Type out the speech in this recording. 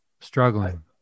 struggling